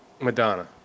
Madonna